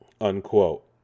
Unquote